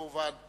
כמובן,